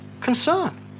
concern